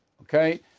Okay